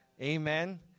Amen